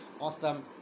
awesome